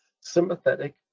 sympathetic